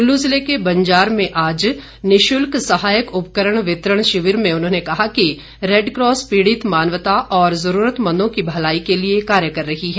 कल्लू जिले के बंजार में आज निश्ल्क सहायक उपकरण वितरण शिविर में उन्होंने कहा कि रेडकॉस पीडि़त मानवता और जरूरतमंदों की भलाई के लिए कार्य कर रही है